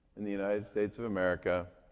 in the united states of america,